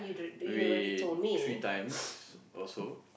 maybe three times or so